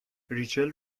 ریچل